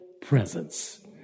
presence